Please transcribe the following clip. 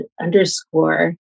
underscore